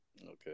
Okay